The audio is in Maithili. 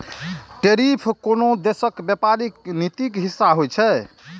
टैरिफ कोनो देशक व्यापारिक नीतिक हिस्सा होइ छै